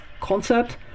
concept